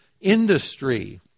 industry